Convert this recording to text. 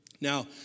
Now